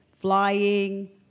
flying